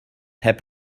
heb